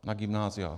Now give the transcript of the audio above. Na gymnázia.